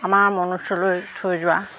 আমাৰ মনুষ্যলৈ থৈ যোৱা